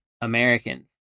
Americans